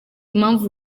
mpamvu